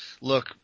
look